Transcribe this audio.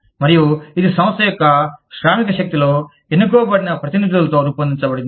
మరియు ఇది సంస్థ యొక్క శ్రామిక శక్తిలో ఎన్నుకోబడిన ప్రతినిధులతో రూపొందించబడింది